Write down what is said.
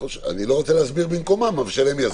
אני לא רוצה להסביר במקומם, אבל שהם יסבירו.